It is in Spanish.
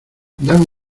dame